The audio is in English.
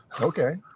Okay